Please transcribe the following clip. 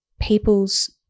people's